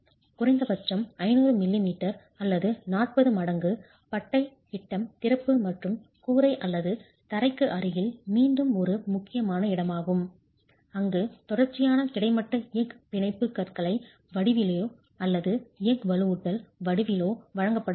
குறைந்தபட்சம் 500 மில்லிமீட்டர் அல்லது 40 மடங்கு பட்டை விட்டம் திறப்பு மற்றும் கூரை அல்லது தரைக்கு அருகில் மீண்டும் ஒரு முக்கியமான இடமாகும் அங்கு தொடர்ச்சியான கிடைமட்ட எஃகு பிணைப்பு கற்றை வடிவிலோ அல்லது எஃகு வலுவூட்டல் வடிவிலோ வழங்கப்பட வேண்டும்